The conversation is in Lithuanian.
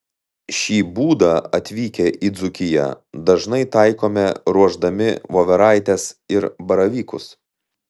šį būdą atvykę į dzūkiją dažnai taikome ruošdami voveraites ir baravykus